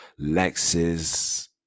Lexus